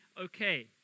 okay